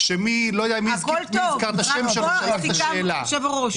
אחד האתגרים שלנו כמשק זה לשלב אוכלוסיות